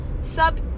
Sub